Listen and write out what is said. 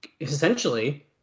essentially